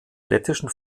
lettischen